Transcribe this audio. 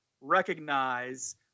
recognize